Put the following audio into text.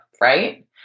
right